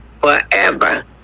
forever